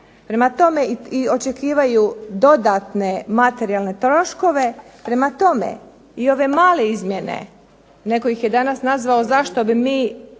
životu i očekivaju dodatne materijalne troškove, prema tome i ove male izmjene, netko ih je danas nazvao zašto bi mi